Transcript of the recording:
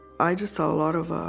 i just saw a lot of